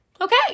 Okay